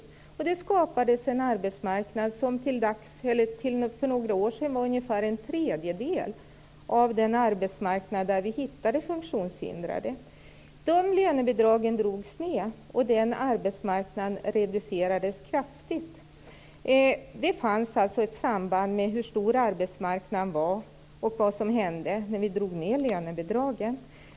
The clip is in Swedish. Det skapades en arbetsmarknad som till för några år sedan till en tredjedel utgjordes av arbetsplatser där vi kunde hitta funktionshindrade. Lönebidragen drogs ned, och den arbetsmarknaden reducerades kraftigt. Det fanns alltså ett samband mellan hur stor arbetsmarknaden var och vad som hände när vi minskade lönebidragen.